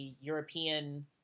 european